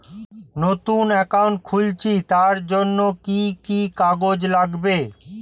নতুন অ্যাকাউন্ট খুলছি তার জন্য কি কি কাগজ লাগবে?